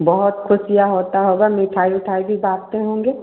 बहुत ख़ुशियाँ होती होगी मिठाई उठाई भी बाँटते होंगे